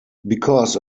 because